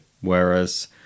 Whereas